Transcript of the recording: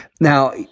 Now